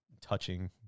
touching